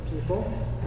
people